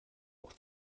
auch